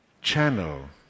channel